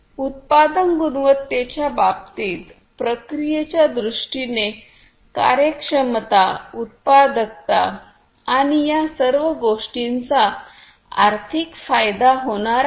उत्पादन गुणवत्तेच्या बाबतीतप्रक्रियेच्या दृष्टीने कार्यक्षमता उत्पादकता आणि या सर्व गोष्टींचा आर्थिक फायदा होणार आहे